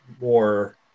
more